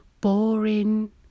boring